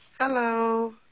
Hello